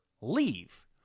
leave